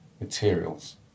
materials